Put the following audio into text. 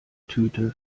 tüte